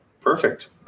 Perfect